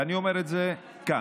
ואני אומר את זה כאן.